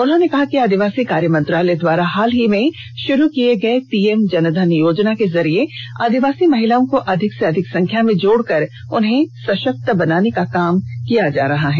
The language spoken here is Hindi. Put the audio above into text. उन्होंने कहा कि आदिवासी कार्य मंत्रालय द्वारा हाल ही में षुरू कि गए पीएम जनधन योजना के जरिये आदिवासी महिलाओं को अधिक से अधिक संख्या में जोड़ कर उन्हें सषक्त बनाने का काम किया जा रहा है